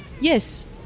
yes